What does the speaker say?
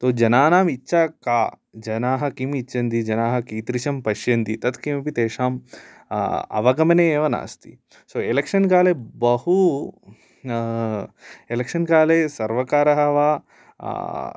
तु जनानाम् इच्छा का जनाः किम् इच्छन्ति जनाः कीदृशं पश्यन्ति तत्किमपि तेषाम् अवगमने एव नास्ति सो एलक्शन् काले बहु एलक्शन् काले सर्वकारः वा